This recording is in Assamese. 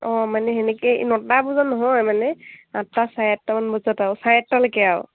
অঁ মানে সেনেকে নটা বজাত নহয় মানে আঠটা চাৰে আঠটামান বজাত আৰু চাৰে আঠটালৈকে আৰু